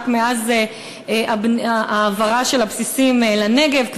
רק מאז ההעברה של הבסיסים לנגב.